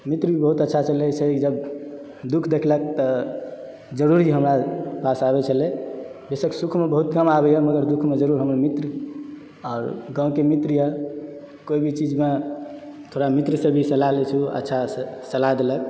मित्र भी बहुत अच्छा छलै से ई जब दुःख देखलक तऽ जरूर हमरा पास आबै छलै बेशक सुखमे बहुत कम आबै यऽ मगर दुःखमे जरूर हमर मित्र आओर गाँवके मित्र यऽ कोई भी चीजमे थोड़ा मित्र से भी सलाह लै छी अच्छासँ सलाह देलक